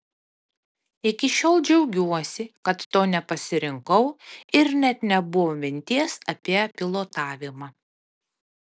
iki šiol džiaugiuosi kad to nepasirinkau ir net nebuvo minties apie pilotavimą